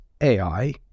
AI